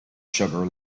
sugar